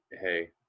hey